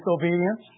disobedience